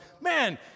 Man